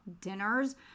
dinners